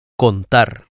Contar